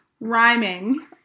Rhyming